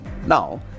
Now